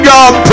God